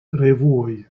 revuoj